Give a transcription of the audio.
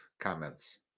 comments